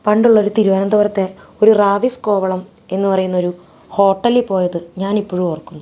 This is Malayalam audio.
പണ്ടുള്ളൊരു തിരുവന്തപുരത്തെ ഒരു റാവിസ്സ് കോവളം എന്ന് പറയുന്നൊരു ഹോട്ടലിൽ പോയത് ഞാനിപ്പോഴും ഓർക്കുന്നു